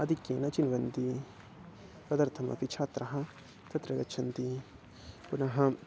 आधिक्येन चिन्वन्ति तदर्थमपि छात्राः तत्र गच्छन्ति पुनः